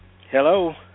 Hello